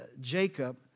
Jacob